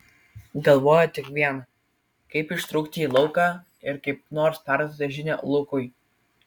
galvojo tik viena kaip ištrūkti į lauką ir kaip nors perduoti žinią lukui